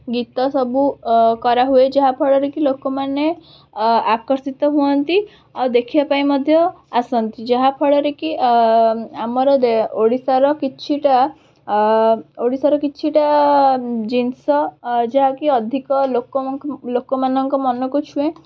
ଗୀତ ସବୁ କରାହୁଏ ଯାହାଫଳରେ କି ଲୋକମାନେ ଆକର୍ଷିତ ହୁଅନ୍ତି ଆଉ ଦେଖିବା ପାଇଁ ମଧ୍ୟ ଆସନ୍ତି ଯାହା ଫଳରେ କି ଆମର ଓଡ଼ିଶାର କିଛିଟା ଓଡ଼ିଶାର କିଛିଟା ଜିନିଷ ଯାହାକି ଅଧିକ ଲୋକମାନଙ୍କ ମନକୁ ଛୁଏଁ